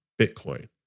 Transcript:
Bitcoin